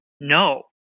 no